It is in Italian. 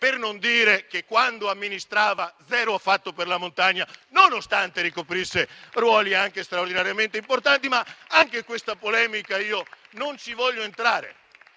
per non dire che quando amministrava nulla ha fatto per la montagna, nonostante ricoprisse ruoli anche straordinariamente importanti. Ma non voglio entrare